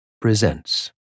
presents